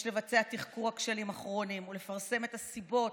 יש לבצע תחקור הכשלים הכרוניים ולפרסם את הסיבות